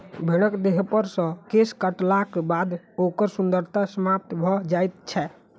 भेंड़क देहपर सॅ केश काटलाक बाद ओकर सुन्दरता समाप्त भ जाइत छै